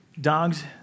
dogs